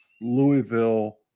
Louisville –